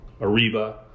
Ariba